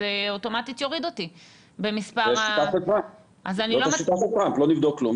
זה אוטומטית יוריד אותי במספר ה --- זו השיטה --- לא נבדוק כלום,